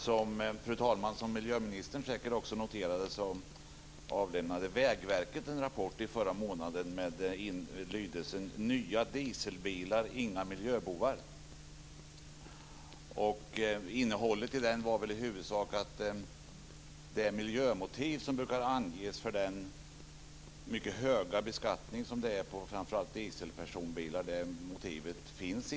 Fru talman! Som miljöministern säkert också har noterat avlämnade Vägverket en rapport i förra månaden med lydelsen Nya dieselbilar är inga miljöbovar. Innehållet i den var väl i huvudsak att det miljömotiv som brukar anges för den mycket höga beskattningen på framför allt dieselpersonbilar inte finns.